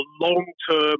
long-term